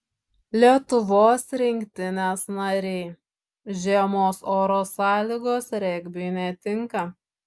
lietuvos rinktinės nariai žiemos oro sąlygos regbiui netinka